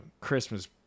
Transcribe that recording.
Christmas